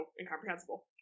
incomprehensible